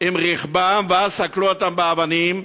עם רכבם ואז סקלו אותם באבנים.